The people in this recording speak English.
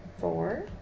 Four